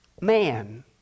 man